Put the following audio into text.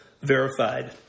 verified